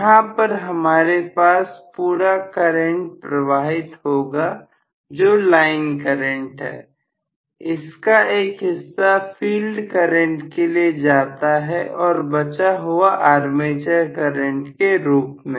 यहां पर हमारे पास पूरा करंट प्रवाहित होगा जो लाइन करंट है इसका एक हिस्सा फील्ड करंट के लिए जाता है और बचा हुआ आर्मेचर करंट के रूप में